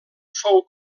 fou